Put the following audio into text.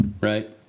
right